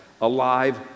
alive